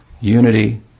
unity